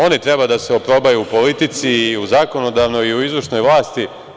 Oni treba da se oprobaju u politici, u zakonodavnoj i u izvršnoj vlasti.